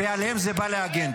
ועליהם זה בא להגן.